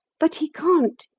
but he can't!